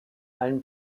allen